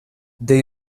there